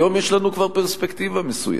היום יש לנו גם פרספקטיבה מסוימת.